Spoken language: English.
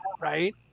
right